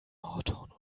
nordhorn